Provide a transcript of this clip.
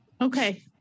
Okay